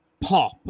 pop